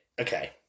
Okay